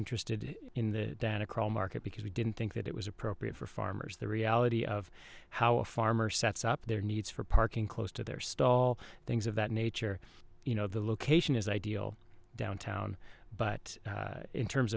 interested in the data crawl market because we didn't think that it was appropriate for farmers the reality of how a farmer sets up their needs for parking close to their stall things of that nature you know the location is ideal downtown but in terms